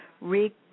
re